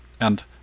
and